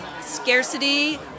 scarcity